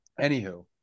Anywho